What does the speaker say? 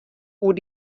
oer